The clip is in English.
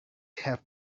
have